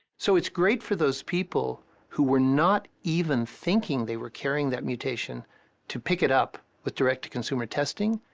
so it's great for those people who were not even thinking they were carrying that mutation to pick it up with direct-to-consumer testing.